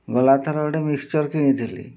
ଗଲାଥର ଗୋଟେ ମିକ୍ସଚର୍ କିଣିଥିଲି